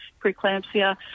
preeclampsia